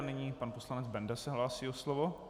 Nyní pan poslanec Benda se hlásí o slovo.